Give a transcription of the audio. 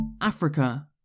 Africa